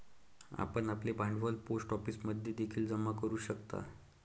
आपण आपले भांडवल पोस्ट ऑफिसमध्ये देखील जमा करू शकता